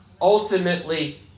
ultimately